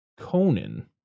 Conan